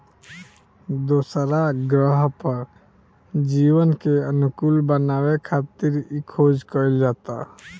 दोसरा ग्रह पर जीवन के अनुकूल बनावे खातिर इ खोज कईल जाता